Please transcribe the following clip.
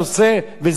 וזה המתווה.